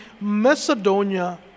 Macedonia